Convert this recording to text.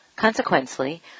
Consequently